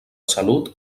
salut